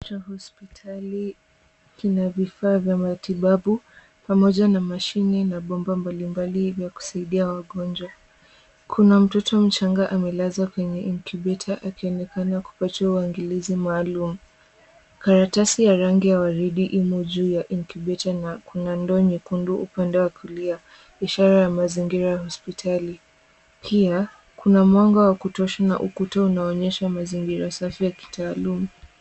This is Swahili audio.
Chumba cha hospitali, kina vifaa vya matibabu pamoja na mashine na bomba mbalimbali vya kusaidia wagonjwa. Kuna mtoto mchanga amelazwa kwenye incubator akionekana kupatiwa uangalizi maalum. Karatasi ya rangi ya waridi imo juu ya incubator ,na kuna ndoo nyekundu upande wa kulia, ishara ya mazingira ya hospitali. Pia kuna mwanga wa kutosha, na ukuta unaonyesha mazingira usafi ya kitaaluma.